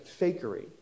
fakery